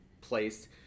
place